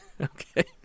Okay